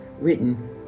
written